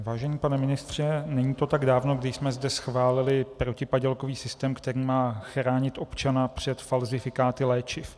Vážený pane ministře, není to tak dávno, kdy jsme zde schválili protipadělkový systém, který má chránit občana před falzifikáty léčiv.